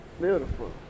Beautiful